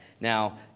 Now